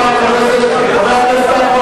חבר הכנסת עפו